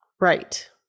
Right